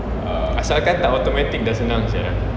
asalkan tak automatic dah senang sia